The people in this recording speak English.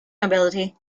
nobility